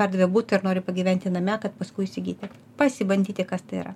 pardavė butą ir nori pagyventi name kad paskui įsigyti pasibandyti kas tai yra